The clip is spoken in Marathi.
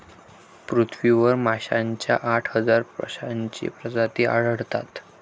पृथ्वीवर माशांच्या आठ हजार पाचशे प्रजाती आढळतात